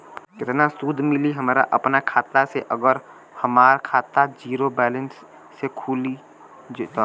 केतना सूद मिली हमरा अपना खाता से अगर हमार खाता ज़ीरो बैलेंस से खुली तब?